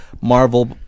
Marvel